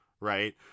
right